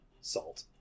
Salt